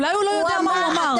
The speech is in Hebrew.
אולי הוא לא יודע מה הוא אמר.